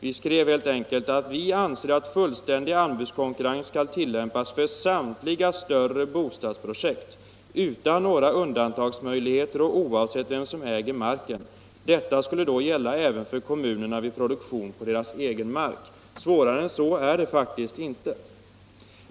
Han skrev helt enkelt att vi anser att fullständig anbudskonkurrens skall tillämpas för samtliga större bostadsprojekt utan några undantagsmöjligheter och oavsett vem som äger marken. Detta skulle gälla även för kommunerna vid produktion på deras egen mark. Svårare än så är det faktiskt inte.